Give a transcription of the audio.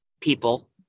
people